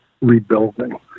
rebuilding